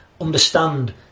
Understand